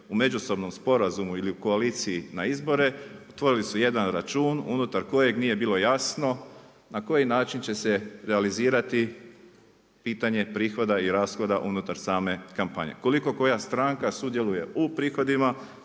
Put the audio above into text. u međusobnom sporazumu ili u koaliciji na izbore otvorili su jedan račun unutar kojeg nije bilo jasno na koji način će se realizirati pitanje prihoda i rashoda unutar same kampanje. Koliko koja stranka sudjeluje u prihodima